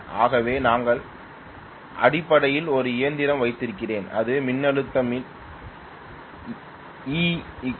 ஆகவே நான் அடிப்படையில் ஒரு இயந்திரம் வைத்திருக்கிறேன் இது மின்னழுத்தம் be E4